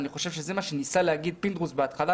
ואני חושב שזה מה שניסה להגיד פינדרוס בהתחלה